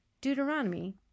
Deuteronomy